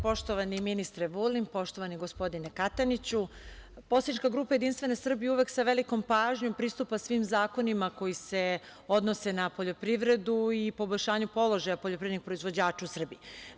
Poštovani ministre Vulin, poštovani gospodine Kataniću, poslanička grupa Jedinstvene Srbije uvek sa velikom pažnjom pristupa svim zakonima koji se odnose na poljoprivredu i poboljšanju položaja poljoprivrednih proizvođača u Srbiji.